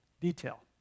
detail